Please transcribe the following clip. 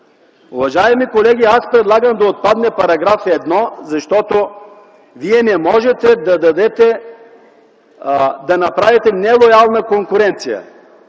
Уважаеми колеги, предлагам да отпадне § 1, защото вие не можете да направите нелоялна конкуренцията.